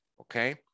okay